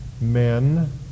men